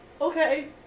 Okay